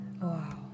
wow